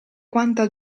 quanta